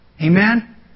Amen